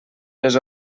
les